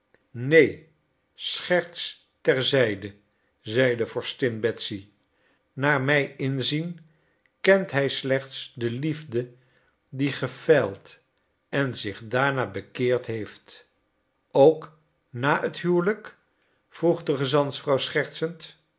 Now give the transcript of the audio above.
neen scherts ter zijde zeide vorstin betsy naar mij inzien kent hij slechts de liefde die gefeild en zich daarna bekeerd heeft ook na het huwelijk vroeg de gezantsvrouw schertsend